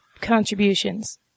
contributions